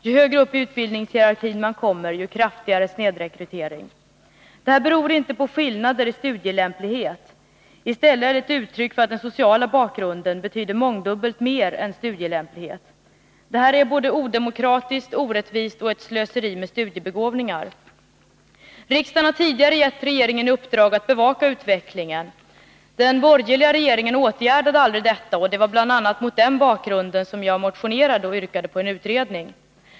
Ju högre upp i utbildningshierarkin man kommer, ju kraftigare är snedrekryteringen. Detta beror inte på skillnader i studielämplighet. I stället är det ett uttryck för att den sociala bakgrunden betyder mångdubbelt mer än studielämplighet. Detta är både odemokratiskt och orättvist, och det är också ett slöseri med studiebegåvningar. Riksdagen har tidigare gett regeringen i uppdrag att bevaka utvecklingen. Den borgerliga regeringen åtgärdade aldrig detta, och det var bl.a. mot den bakgrunden som jag motionerade och yrkade på en utredning.